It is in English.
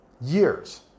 Years